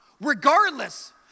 regardless